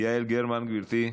יעל גרמן, גברתי,